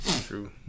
True